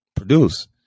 produce